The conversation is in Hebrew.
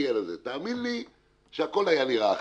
תאמין לי שהכול היה נראה אחרת,